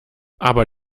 aber